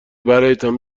برایتان